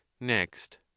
next